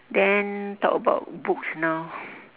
then talk about books now